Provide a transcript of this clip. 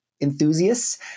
enthusiasts